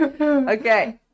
Okay